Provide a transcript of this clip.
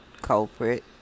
culprit